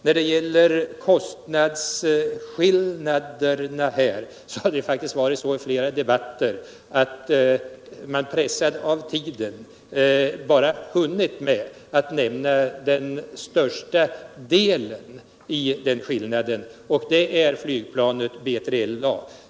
Vad gäller frågan om kostnadsskillnaden har man i flera debatter varit så pressad av tiden att man faktiskt bara hunnit med att nämna den största delen av den skillnaden, nämligen den del som rör flygplanet B3LA.